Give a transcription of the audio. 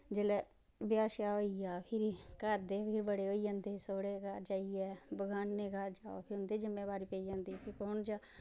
जेल्लै ब्याह् शयाह् होइया फिर घर दे बी बड़ॉे होई जंदे सौह्रे घर जाइयै बगाने घर जाओ फिर उंदी जिम्मेदारी पेई जंदी फिर कु'न जा